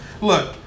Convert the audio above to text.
look